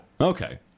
Okay